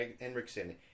Henriksen